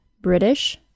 British